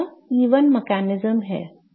तो यह E1 तंत्र है